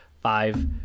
five